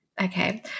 Okay